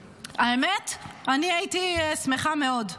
האמת, אני הייתי שמחה מאוד.